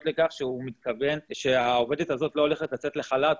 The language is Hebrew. לכך שהעובדת הזאת לא הולכת לצאת לחל"ת,